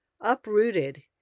Uprooted